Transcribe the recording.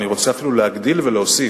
אני רוצה אפילו להגדיל ולהוסיף,